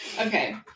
Okay